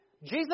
Jesus